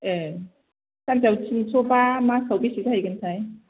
ए सानसेआव थिनस'बा मासआव बेसे जाहैगोनथाय